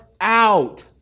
out